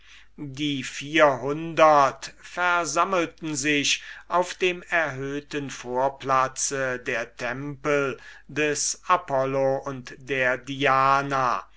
die vierhundert versammelten sich auf der terrasse der tempel des apollo und der diana